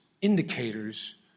indicators